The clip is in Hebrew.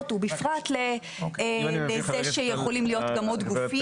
ובפרט לזה שיכולים להיות גם עוד גופים.